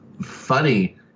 funny